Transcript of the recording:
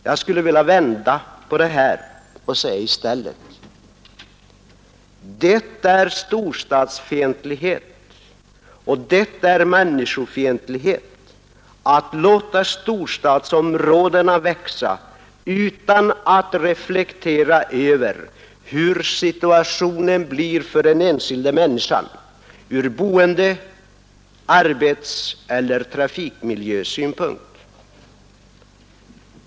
Jag skulle vilja vända på det här och i stället säga: Det är storstadsfientlighet och det är människofientlighet att låta storstadsområdena växa utan att reflektera över hur situationen blir för den enskilda människan ur boende-, arbetseller trafikmiljösynpunkt.